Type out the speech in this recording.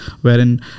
wherein